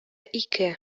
ике